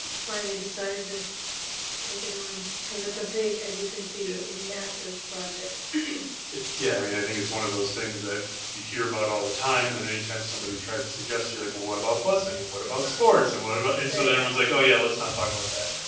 finally decided to take it on cause it's a big, as you can see, a massive project. eric yeah, i mean, i think it's one of those things that you hear about all the time and then anytime somebody tries to suggest, you're like, well, what about busing? and what about sports? and what about? and so, then, um everyone's like, oh yeah, let's not talk about that.